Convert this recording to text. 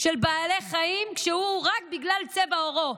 של בעלי חיים רק בגלל צבע עורו?